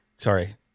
Sorry